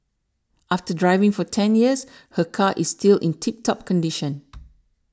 after driving for ten years her car is still in tip top condition